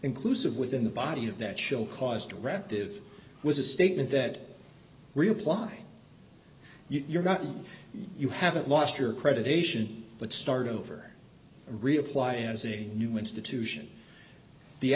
inclusive within the body of that show cause directive was a statement that reapply you've gotten you haven't lost your credit ation but start over reapply as a new institution the